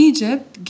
Egypt